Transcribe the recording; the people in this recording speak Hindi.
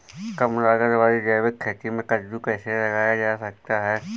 कम लागत वाली जैविक खेती में कद्दू कैसे लगाया जा सकता है?